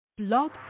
Blog